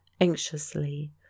anxiously